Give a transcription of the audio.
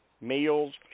meals